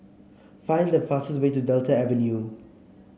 find the fastest way to Delta Avenue